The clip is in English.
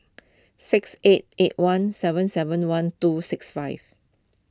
six eight eight one seven seven one two six five